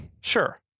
Sure